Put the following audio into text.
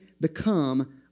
become